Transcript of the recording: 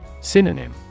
Synonym